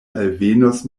alvenos